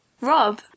Rob